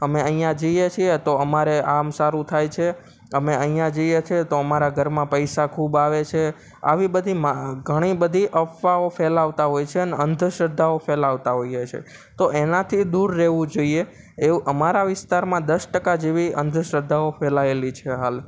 અમે અહીંયા જઈએ છીએ તો અમારે આમ સારું થાય છે અમે અહીંયા જઈએ છીએ તો અમારા ઘરમાં પૈસા ખૂબ આવે છે આવી બધી ઘણી બધી અફવાઓ ફેલાવતા હોય છે અને અંધશ્રદ્ધાઓ ફેલાવતા હોઈએ છે તો એનાથી દૂર રહેવું જોઈએ એવું અમારા વિસ્તારમાં દસ ટકા જેવી અંધશ્રદ્ધાઓ ફેલાયેલી છે હાલ